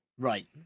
right